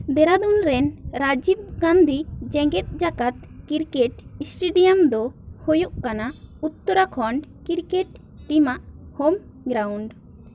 ᱫᱮᱨᱟᱫᱩᱱ ᱨᱮᱱ ᱨᱟᱡᱤᱵᱽ ᱜᱟᱱᱫᱷᱤ ᱡᱮᱜᱮᱛ ᱡᱟᱠᱟᱛ ᱠᱨᱤᱠᱮᱴ ᱥᱴᱮᱰᱤᱭᱟᱢ ᱫᱚ ᱦᱩᱭᱩᱜ ᱠᱟᱱᱟ ᱩᱛᱛᱚᱨᱟᱠᱷᱚᱸᱰ ᱠᱨᱤᱠᱮᱴ ᱴᱤᱢᱟᱜ ᱦᱳᱢ ᱜᱨᱟᱣᱩᱱᱰ